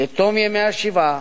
לתום ימי השבעה,